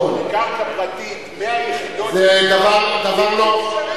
בקרקע פרטית 100 יחידות זה בלתי אפשרי.